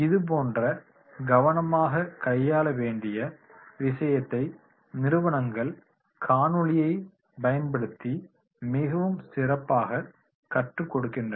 இது போன்ற கவனமாகக் கையாள வேண்டிய விஷயத்தை நிறுவனங்கள் காணொளியைப் பயன்படுத்தி மிகவும் சிறப்பாகக் கற்று கொடுக்கின்றனர்